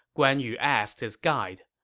guan yu asked his guide,